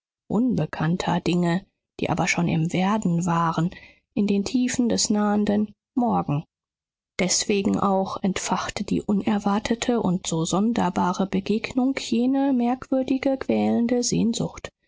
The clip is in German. unbekannter dinge die aber schon im werden waren in den tiefen des nahenden morgen deswegen auch entfachte die unerwartete und so sonderbare begegnung jene merkwürdige quälende sehnsucht